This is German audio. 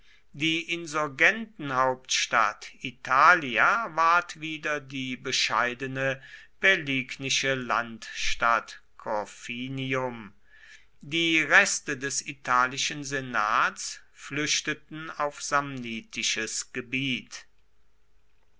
die insurgentenhauptstadt italia ward wieder die bescheidene pälignische landstadt corfinium die reste des italischen senats flüchteten auf samnitisches gebiet